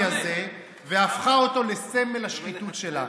הזה והפכה אותו לסמל השחיתות שלה.